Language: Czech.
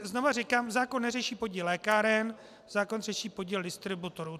Znovu říkám, zákon neřeší podíl lékáren, zákon řeší podíl distributorů.